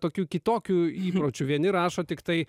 tokių kitokių įpročių vieni rašo tiktai